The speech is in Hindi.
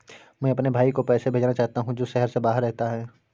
मैं अपने भाई को पैसे भेजना चाहता हूँ जो शहर से बाहर रहता है